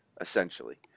essentially